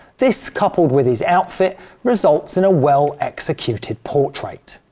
this coupled with his outfit results in a well executed portrait.